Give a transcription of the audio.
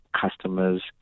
customers